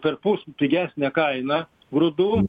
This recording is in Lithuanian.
perpus pigesnę kainą grūdų